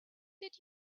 did